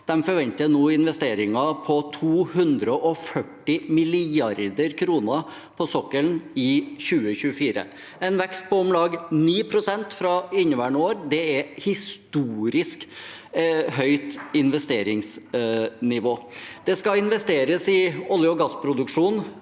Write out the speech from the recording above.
De forventer nå investeringer på 240 mrd. kr på sokkelen i 2024, en vekst på om lag 9 pst. fra inneværende år. Det er et historisk høyt investeringsnivå. Det skal investeres i olje- og gassproduk sjon,